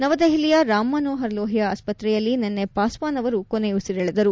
ನವದೆಹಲಿಯ ರಾಮ್ ಮನೋಹರ್ ಲೋಹಿಯಾ ಆಸ್ವತ್ರೆಯಲ್ಲಿ ನಿನ್ನೆ ಪಾಸ್ವಾನ್ ಅವರು ಕೊನೆಯುಸಿರೆಳೆದರು